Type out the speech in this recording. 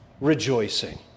rejoicing